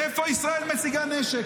מאיפה ישראל משיגה נשק,